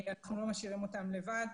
אנחנו לא משאירים אותם לבד.